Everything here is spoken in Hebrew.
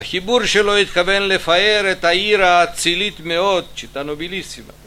החיבור שלו התכוון לפאר את העיר האצילית מאוד, שיטה נוביליסימה.